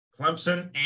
Clemson